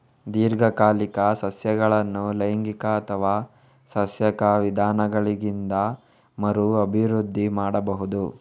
ದೀರ್ಘಕಾಲಿಕ ಸಸ್ಯಗಳನ್ನು ಲೈಂಗಿಕ ಅಥವಾ ಸಸ್ಯಕ ವಿಧಾನಗಳಿಂದ ಮರು ಅಭಿವೃದ್ಧಿ ಮಾಡಬಹುದು